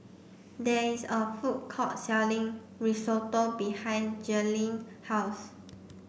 there is a food court selling Risotto behind Jerrilyn's house